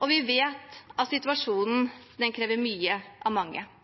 og vi vet at situasjonen krever mye av mange.